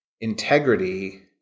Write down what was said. integrity